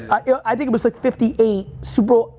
i yeah i think it was, like, fifty eight, super bowl,